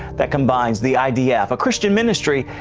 that combines the idf, a christian ministry,